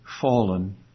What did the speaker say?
fallen